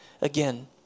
again